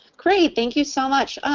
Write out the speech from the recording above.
great. thank you so much.